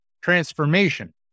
transformation